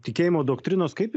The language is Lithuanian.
tikėjimo doktrinos kaip